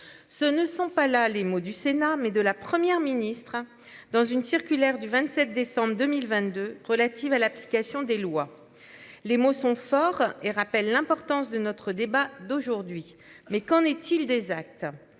Ce ne sont pas là les mots du Sénat mais de la Première ministre dans une circulaire du 27 décembre 2022 relatives à l'application des lois. Les mots sont forts et rappelle l'importance de notre débat d'aujourd'hui, mais qu'en est-il des actes.